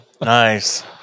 Nice